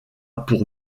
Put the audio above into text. pour